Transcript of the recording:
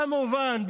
כמובן,